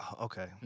okay